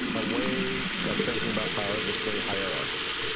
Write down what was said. a way of thinking about power that's very hierarchical,